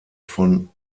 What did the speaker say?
von